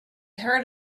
heard